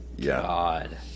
god